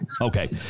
okay